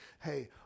Hey